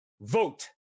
vote